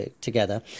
together